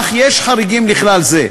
אך שיש חריגים לכלל זה.